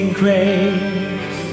grace